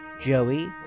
Joey